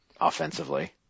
offensively